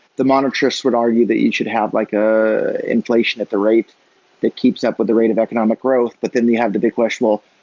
the monetarist would argue that you should have like a inflation at the rate that keeps up with the rate of economic growth, but then you have the big question, well,